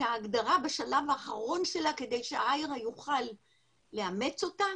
ההגדרה בשלב האחרון שלה כדי שה-IHRA יוכל לאמץ אותה